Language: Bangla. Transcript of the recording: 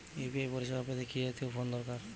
ইউ.পি.আই পরিসেবা পেতে কি জাতীয় ফোন দরকার?